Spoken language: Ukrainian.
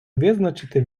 визначити